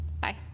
Bye